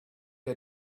had